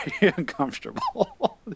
uncomfortable